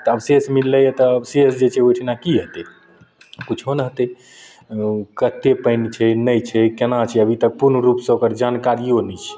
तऽ अवशेष मिललैया तऽ अवशेष जे छै ओइठुना की हेतय कुछो नहि होतय कते पानि छै नहि छै केना छै अभी तक पूर्ण रूपसँ ओकर जानकारियो नहि छै